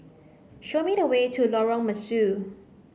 show me the way to Lorong Mesu